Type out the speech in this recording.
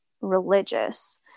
religious